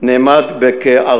נאמד ב-14